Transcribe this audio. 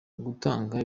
gutanga